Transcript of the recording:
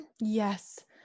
Yes